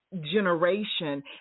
Generation